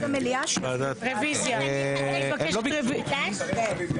אני מבקשת רביזיה.